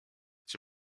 cię